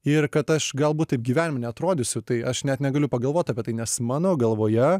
ir kad aš galbūt taip gyvenime neatrodysiu tai aš net negaliu pagalvot apie tai nes mano galvoje